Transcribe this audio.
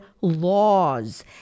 laws